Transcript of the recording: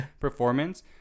performance